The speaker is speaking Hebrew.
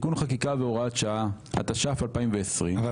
תיקון חקיקה והוראת שעה התש"פ-2020 --- אבל,